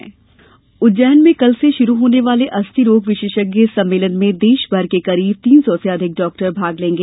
सम्मेलन उज्जैन में कल से शुरु होने वाले अस्थि रोग विशेषज्ञ सम्मेलन में देश भर के करीब तीन सौ से अधिक डाक्टर भाग लेंगे